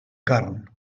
carn